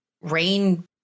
rain